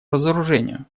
разоружению